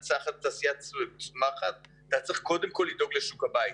מנצחת וצומחת, אתה קודם כול צריך לדאוג לשוק הבית.